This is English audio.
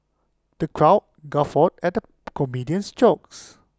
the crowd guffawed at the comedian's jokes